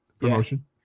promotion